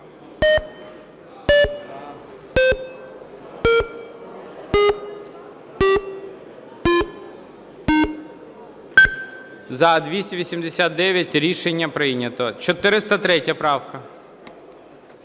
За-289 Рішення прийнято. 403 правка.